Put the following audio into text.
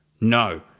no